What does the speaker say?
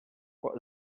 what